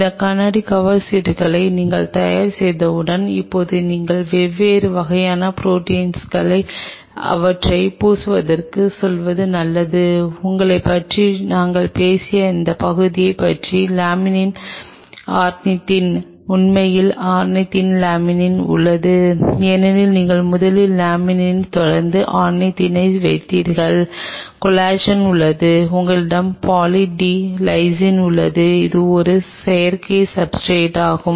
இந்த கண்ணாடி கவர் சீட்டுகளை நீங்கள் தயார் செய்தவுடன் இப்போது நீங்கள் வெவ்வேறு வகையான ப்ரோடீன்ஸ் அவற்றை பூசுவதற்குச் செல்வது நல்லது உங்களைப் பற்றி நாங்கள் பேசிய எந்தப் பகுதியைப் பற்றி லாமினின் ஆர்னிதின் உண்மையில் ஆர்னிதின் லேமினின் உள்ளது ஏனெனில் நீங்கள் முதலில் லமினினைத் தொடர்ந்து ஆர்னிதினை வைத்தீர்கள் கொலாஜன் உள்ளது உங்களிடம் பாலி டி லைசின் உள்ளது இது ஒரு செயற்கை சப்ஸ்ர்டேட் ஆகும்